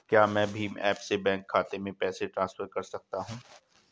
क्या मैं भीम ऐप से बैंक खाते में पैसे ट्रांसफर कर सकता हूँ?